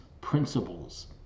principles